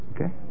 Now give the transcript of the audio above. Okay